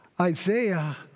Isaiah